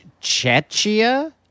Chechia